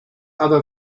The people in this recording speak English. other